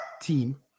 team